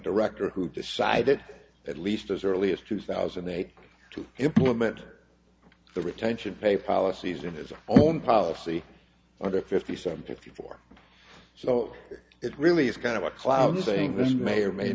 director who decided at least as early as two thousand and eight to implement the retention pay policies of his own policy under fifty seven fifty four so it really is kind of a cloud saying this may or may